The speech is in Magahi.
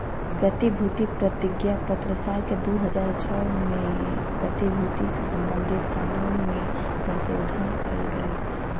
प्रतिभूति प्रतिज्ञापत्र साल के दू हज़ार छह में प्रतिभूति से संबधित कानून मे संशोधन कयल गेलय